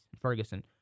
Ferguson